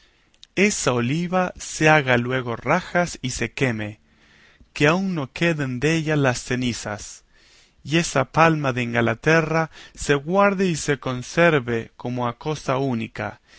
esa oliva se haga luego rajas y se queme que aun no queden della las cenizas y esa palma de ingalaterra se guarde y se conserve como a cosa única